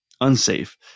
unsafe